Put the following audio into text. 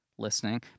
listening